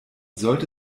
sollte